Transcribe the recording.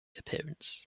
appearance